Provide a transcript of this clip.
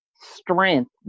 strength